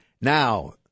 Now